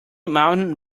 mountain